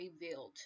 revealed